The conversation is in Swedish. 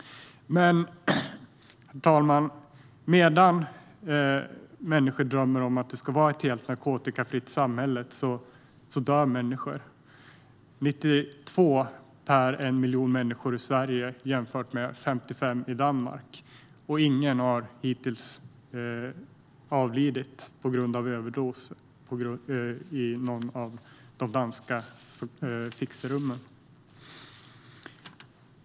Herr talman! Medan vi drömmer om ett helt narkotikafritt samhälle dör människor. Det är 92 per miljonen människor i Sverige jämfört med 55 i Danmark. Ingen har hittills avlidit på grund av en överdos i något av de danska fixerummen.